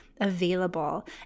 available